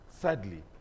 Sadly